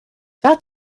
that